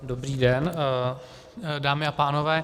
Dobrý den dámy a pánové.